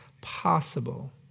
possible